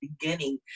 beginning